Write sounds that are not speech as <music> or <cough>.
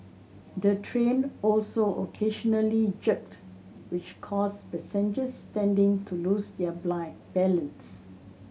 the train also occasionally jerked which caused passengers standing to lose their <unintelligible> balance